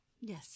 yes